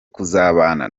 kuzabana